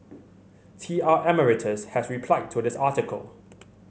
T R Emeritus has replied to this article